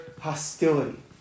hostility